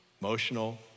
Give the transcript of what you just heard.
emotional